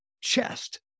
chest